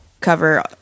cover